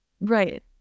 Right